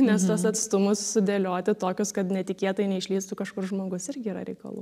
nes tuos atstumus sudėlioti tokius kad netikėtai neišlįstų kažkur žmogus irgi yra reikalų